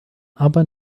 aber